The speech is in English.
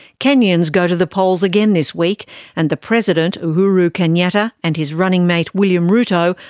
kenyans go to the polls again this week and the president, uhuru kenyatta, and his running mate, william ruto,